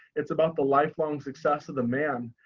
it's about the lifelong success of the man.